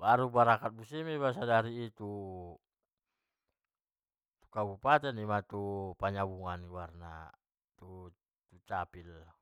baru berangkat adari ma iba tu panyabungan tu capil guarna.